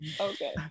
Okay